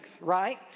right